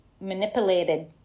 manipulated